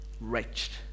wretched